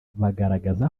bagaragaza